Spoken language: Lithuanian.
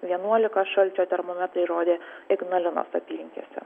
vienuolika šalčio termometrai rodė ignalinos apylinkėse